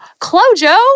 Clojo